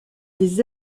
des